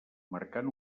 marcant